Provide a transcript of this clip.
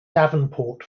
davenport